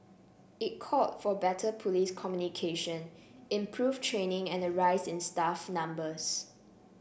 it called for better police communication improved training and a rise in staff numbers